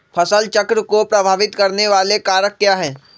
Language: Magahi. फसल चक्र को प्रभावित करने वाले कारक क्या है?